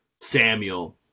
Samuel